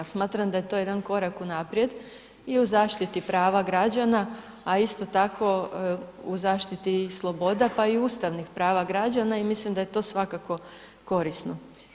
Smatram da je to jedan korak unaprijed i u zaštiti prava građana, a isto tako u zaštiti sloboda, pa i ustavnih prava građana i mislim da je to svakako korisno.